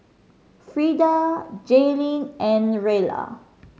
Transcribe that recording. Frida Jalynn and Rella